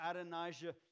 Adonijah